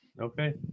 okay